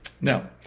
Now